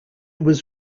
was